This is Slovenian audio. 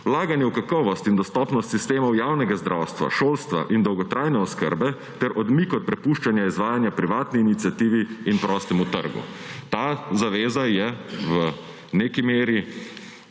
vlaganje v kakovost in dostopnost sistemov javnega zdravstva, šolstva in dolgotrajne oskrbe ter odmik od prepuščanja izvajanja privatni iniciativi in prostemu trgu. Ta zaveza je v neki meri